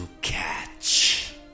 catch